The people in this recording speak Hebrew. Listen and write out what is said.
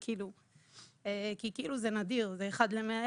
כי כאילו זה נדיר, זה אחד ל-100,000